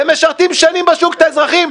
ומשרתים שנים בשוק את האזרחים,